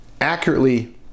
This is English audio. accurately